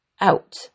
out